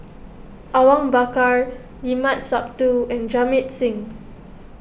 Awang Bakar Limat Sabtu and Jamit Singh